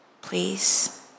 please